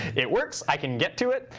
it works, i can get to it,